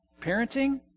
Parenting